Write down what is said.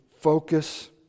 focus